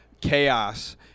chaos